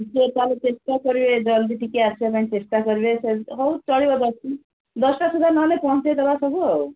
ସିଏ ତାହେଲେ ଚେଷ୍ଟା କରିବେ ଜଲଦି ଟିକେ ଆସିବା ପାଇଁ ଚେଷ୍ଟା କରିବେ ସେମତି ହେଉ ଚଳିବ ଦଶ ଦଶଟା ସୁଦ୍ଧା ନହେଲେ ପହଞ୍ଚେଇ ଦେବା ସବୁ ଆଉ